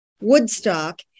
Woodstock